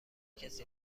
کسی